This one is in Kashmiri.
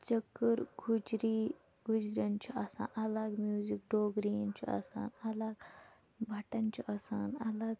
چکٕر گُجری گُجریٚن چھُ آسان الگ میٛوزِک ڈوگرییٖن چھُ آسان اَلگ بَٹَن چھُ آسان الگ